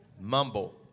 mumble